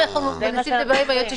הוראה מתקנת זה דבר מאוד-מאוד רחב.